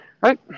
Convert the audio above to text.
right